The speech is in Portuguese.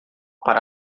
para